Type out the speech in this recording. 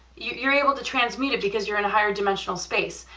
you're able to transmit it, because you're in a higher dimensional space,